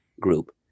group